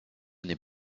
n’est